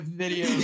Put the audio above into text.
video